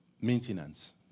maintenance